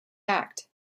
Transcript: act